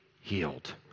healed